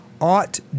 ought